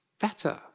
better